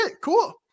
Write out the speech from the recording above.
cool